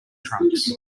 trunks